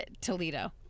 Toledo